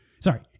Sorry